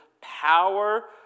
power